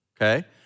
Okay